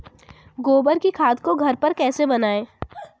गोबर की खाद को घर पर कैसे बनाएँ?